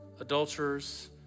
adulterers